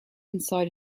inside